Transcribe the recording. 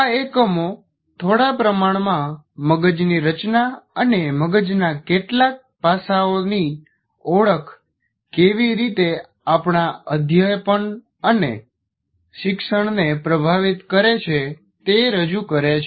આ એકમો થોડા પ્રમાણમાં મગજની રચના અને મગજના કેટલાક પાસાઓની ઓળખ કેવી રીતે આપણા અધ્યાપન અને શિક્ષણને પ્રભાવિત કરે છે તે રજૂ કરે છે